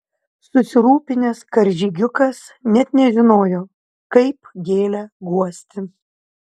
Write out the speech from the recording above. susirūpinęs karžygiukas net nežinojo kaip gėlę guosti